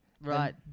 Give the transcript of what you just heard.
Right